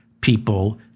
people